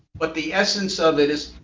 but the essence of it is,